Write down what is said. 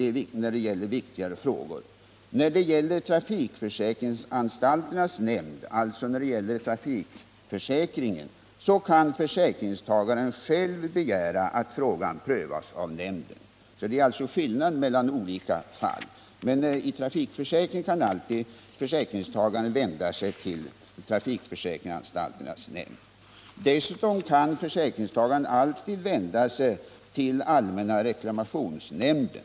När det gäller trafikförsäkring kan försäkringstagaren själv begära att frågan prövas av trafikförsäkringsanstalternas nämnd. Det är alltså skillnad mellan olika slag av försäkringsfall. Dessutom kan försäkringstagare alltid vända sig till allmänna reklamationsnämnden.